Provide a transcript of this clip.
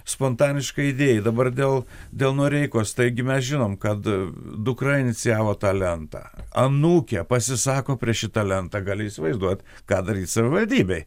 spontaniškai idėjai dabar dėl dėl noreikos taigi mes žinom kad dukra inicijavo tą lentą anūkė pasisako prieš šitą lentą gali įsivaizduot ką daryt savivaldybei